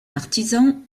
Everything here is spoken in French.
artisan